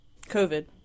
COVID